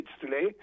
today